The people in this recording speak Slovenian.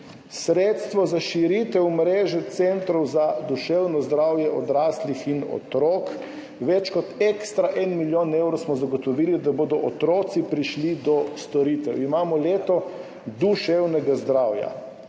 Sredstva za širitev mreže centrov za duševno zdravje odraslih in otrok, več kot ekstra 1 milijon evrov smo zagotovili, da bodo otroci prišli do storitev. Imamo leto duševnega zdravja,